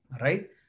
Right